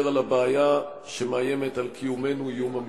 על הבעיה שמאיימת על קיומנו איום אמיתי.